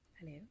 Hello